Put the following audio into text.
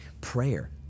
Prayer